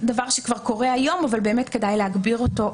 דבר שכבר קורה היום אבל באמת כדאי להגביר אותו,